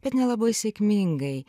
bet nelabai sėkmingai